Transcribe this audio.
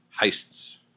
heists